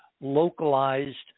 localized